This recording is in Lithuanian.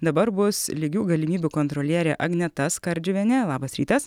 dabar bus lygių galimybių kontrolierė agneta skardžiuvienė labas rytas